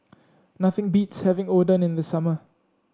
nothing beats having Oden in the summer